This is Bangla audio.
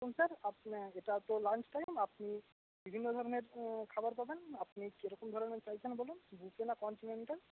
দেখুন স্যার আপনি এটা তো লাঞ্চ টাইম আপনি বিভিন্ন ধরনের খাবার পাবেন আপনি কীরকম ধরনের চাইছেন বলুন বুফে না কন্টিনেন্টাল